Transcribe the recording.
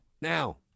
Now